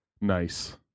Nice